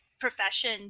profession